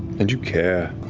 and you care